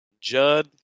Judd